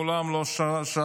הוא מעולם לא שאל: